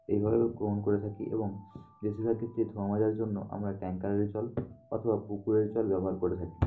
এইভাবে গ্রহণ করে থাকি এবং বেশিরভাগ ক্ষেত্রে ধোয়া মাজার জন্য আমরা ট্যাংকারের জল অথবা পুকুরের জল ব্যবহার করে থাকি